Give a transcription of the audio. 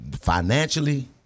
Financially